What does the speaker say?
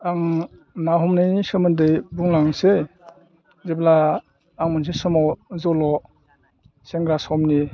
आं ना हमनायनि सोमोन्दै बुंलांनोसै जेब्ला आं मोनसे समाव जल' सेंग्रा समनि